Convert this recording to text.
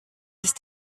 ist